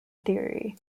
theory